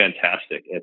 fantastic